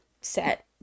set